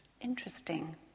Interesting